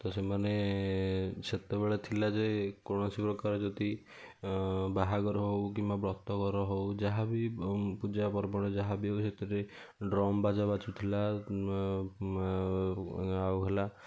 ତ ସେମାନେ ସେତେବେଳେ ଥିଲା ଯେ କୌଣସି ପ୍ରକାର ଯଦି ବାହାଘର ହଉ କିମ୍ବା ବ୍ରତଘର ହଉ ଯାହା ବି ପୂଜା ପର୍ବ ଯାହା ବି ହଉ ସେଥିରେ ଡ୍ରମ୍ ବାଜା ବାଜୁଥିଲା ଆଉ ହେଲା